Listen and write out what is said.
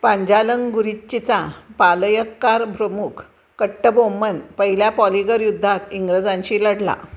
पांजालंगुरिच्चीचा पालयक्कार प्रमुख कट्टबोम्मन पहिल्या पॉलीगर युद्धात इंग्रजांशी लढला